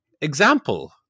example